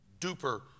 duper